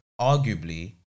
arguably